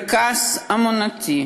המרכז האמנותי